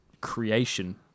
Creation